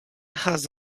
has